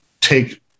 take